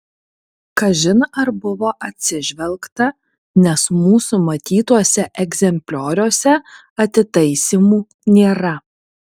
kažin ar buvo atsižvelgta nes mūsų matytuose egzemplioriuose atitaisymų nėra